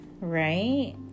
Right